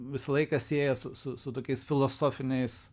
visą laiką sieja su su su tokiais filosofiniais